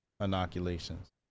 inoculations